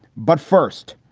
but first,